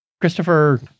Christopher